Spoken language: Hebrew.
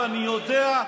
ואני יודע,